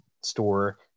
store